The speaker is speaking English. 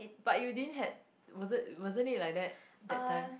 but you didn't had was it wasn't it like that that time